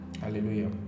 hallelujah